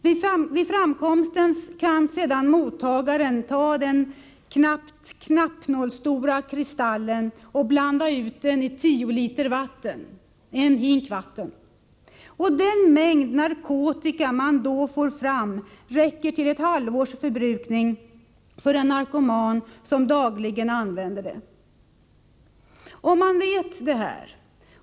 Vid framkomsten kan mottagaren ta den knappt knappnålsstora kristallen och blanda ut den med en hink vatten, tio liter. Den mängd narkotika man då får fram räcker till ett halvårs förbrukning för en narkoman som dagligen använder det.